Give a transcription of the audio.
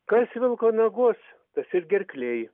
kas vilko miegos tas ir gerklėj